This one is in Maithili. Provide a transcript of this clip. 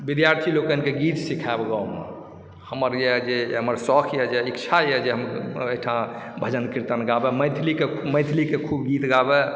विद्यार्थी लोकनिके गीत सिखैब गाँवमे हमरए जे हमर शौकए इच्छाए जे अहिठाम भजन कीर्तन गाबि मैथिलीके खूब गीत गाबि